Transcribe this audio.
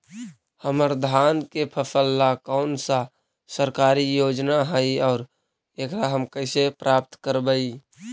हमर धान के फ़सल ला कौन सा सरकारी योजना हई और एकरा हम कैसे प्राप्त करबई?